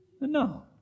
No